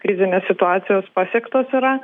krizinės situacijos pasiektos yra